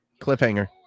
Cliffhanger